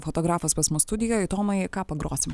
fotografas pas mus studijoj tomai ką pagrosim